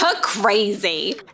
crazy